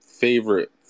favorite